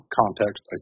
context